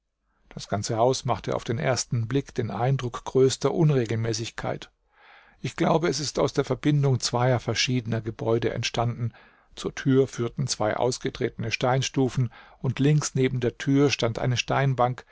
das ganze haus machte auf den ersten blick den eindruck größter unregelmäßigkeit ich glaube es ist aus der verbindung zweier verschiedener gebäude entstanden zur tür führten zwei ausgetretene steinstufen und links neben der tür stand eine steinbank